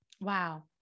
Wow